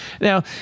Now